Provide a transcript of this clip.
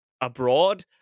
abroad